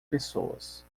pessoas